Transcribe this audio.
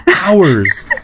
hours